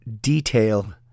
detail